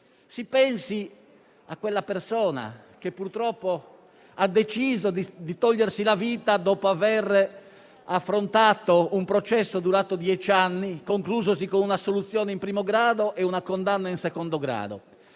Si pensi a quella persona che purtroppo ha deciso di togliersi la vita dopo aver affrontato un processo durato dieci anni, conclusosi con un'assoluzione in primo grado e una condanna in secondo grado;